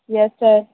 yes sir